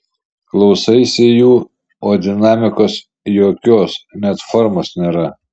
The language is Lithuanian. klausaisi jų o dinamikos jokios net formos nėra